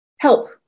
Help